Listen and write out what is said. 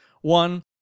One